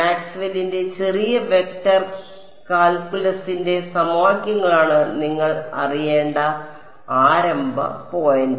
മാക്സ്വെല്ലിന്റെ ചെറിയ വെക്റ്റർ കാൽക്കുലസിന്റെ സമവാക്യങ്ങളാണ് നിങ്ങൾ അറിയേണ്ട ആരംഭ പോയിന്റ്